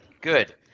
Good